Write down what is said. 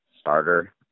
starter